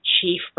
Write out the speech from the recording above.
Chief